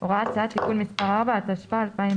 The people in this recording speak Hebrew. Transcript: (הוראת שעה) (תיקון מס' 4), התשפ"א-2020